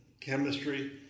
chemistry